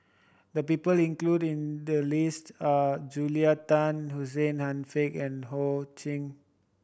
the people include in the list are Julia Tan Hussein Haniff and Ho Ching